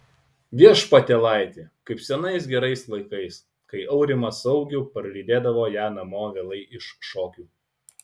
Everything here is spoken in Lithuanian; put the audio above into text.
viešpatėlaiti kaip senais gerais laikais kai aurimas su augiu parlydėdavo ją namo vėlai iš šokių